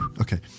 okay